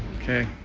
ok.